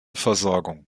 versorgung